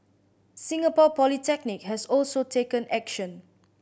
Singapore Polytechnic has also taken action